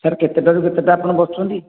sir କେତେଟା ରୁ କେତେଟା ଆପଣ ବସୁଛନ୍ତି